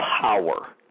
power